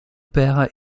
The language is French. père